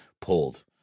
pulled